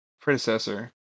predecessor